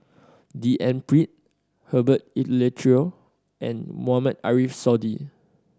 D N Pritt Herbert Eleuterio and Mohamed Ariff Suradi